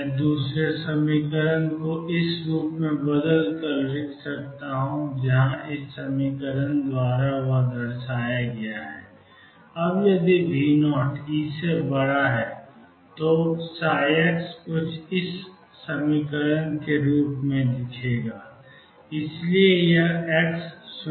मैं दूसरे समीकरण को इस रूप में बदल कर लिख सकता हूं 2m2ψ0 अब यदि V0E तो ψ e2m2V0 Ex के रूप का है